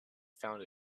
found